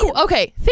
okay